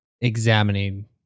examining